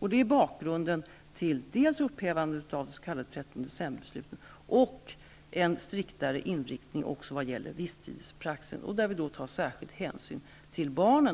Detta är bakgrunden dels till upphävandet av det s.k. 13 december-beslutet, dels till en striktare inriktning när det gäller visstidspraxisen, där särskild hänsyn tas till barnen.